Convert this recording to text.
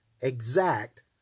exact